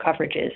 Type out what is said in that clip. coverages